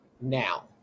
now